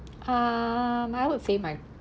um I would say my